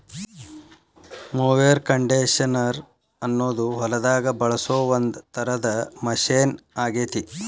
mower conditioner ಅನ್ನೋದು ಹೊಲದಾಗ ಬಳಸೋ ಒಂದ್ ತರದ ಮಷೇನ್ ಆಗೇತಿ